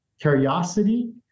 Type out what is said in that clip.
curiosity